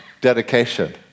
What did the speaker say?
dedication